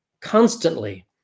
constantly